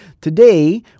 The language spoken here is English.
Today